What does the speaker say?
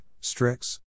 Strix